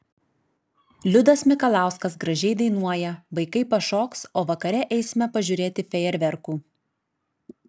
liudas mikalauskas gražiai dainuoja vaikai pašoks o vakare eisime pažiūrėti fejerverkų